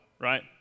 right